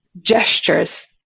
gestures